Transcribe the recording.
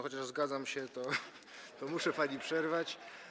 Chociaż zgadzam się, to muszę pani przerwać.